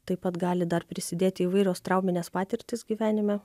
taip pat gali dar prisidėti įvairios trauminės patirtys gyvenime